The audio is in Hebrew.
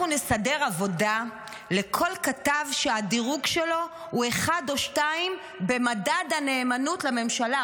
אנחנו נסדר עבודה לכל כתב שהדירוג שלו הוא 1 או 2 במדד הנאמנות לממשלה.